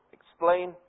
explain